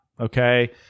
Okay